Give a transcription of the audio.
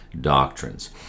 doctrines